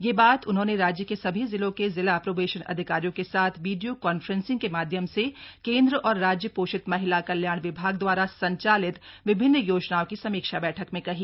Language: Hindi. यह बात उन्होंने राज्य के सभी जिलों के जिला प्रोबेशन अधिकारियों के साथ वीडियो कान्फ्रेंसिंग के माध्यम से केन्द्र और राज्य पोषित महिला कल्याण विभाग द्वारा संचालित विभिन्न योजनाओं की समीक्षा बैठक में कही